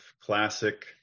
classic